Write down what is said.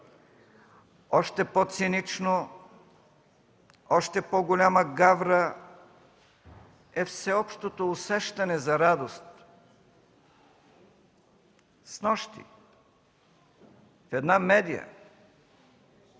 Още по-цинично, още по-голяма гавра е всеобщото усещане за радост. Снощи в една медия